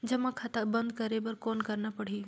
जमा खाता बंद करे बर कौन करना पड़ही?